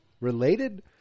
related